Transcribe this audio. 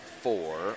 four